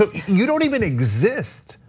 ah you don't even exist.